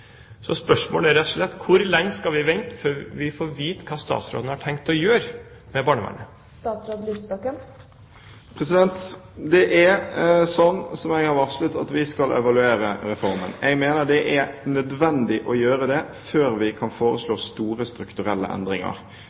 Så spørsmålet er rett og slett: Hvor lenge skal vi vente før vi får vite hva statsråden har tenkt å gjøre med barnevernet? Det er sånn, som jeg har varslet, at vi skal evaluere reformen. Jeg mener det er nødvendig å gjøre det før vi kan foreslå store strukturelle endringer.